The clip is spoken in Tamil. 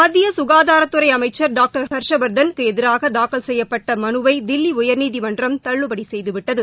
மத்தியககாதாரத் துறைஅமைச்சர் டாக்டர் ஹர்ஷ்வர்தனுக்குஎதிராகதாக்கல் செய்யப்பட்டதேர்தல் வழக்குமனுவைதில்லிஉயர்நீதிமன்றம் தள்ளுபடிசெய்துவிட்டது